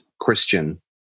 Christian